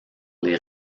les